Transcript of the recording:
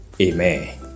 amen